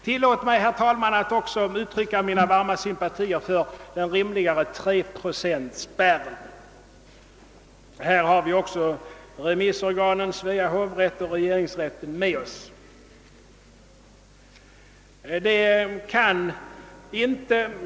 Tillåt mig, herr talman, att också uttrycka mina varma sympatier för den rimligare treprocentsspärren. Även här har vi med oss remissorganen Svea hovrätt och regeringsrätten.